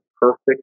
perfect